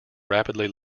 rapidly